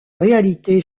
réalité